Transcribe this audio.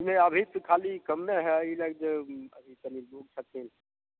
नहि अभी तऽ खाली कमे हइ ई लागि जो अभी तनि बुक छथिन